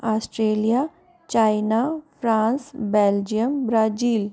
Australia China France Belgium Brazil